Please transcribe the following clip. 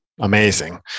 amazing